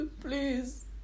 Please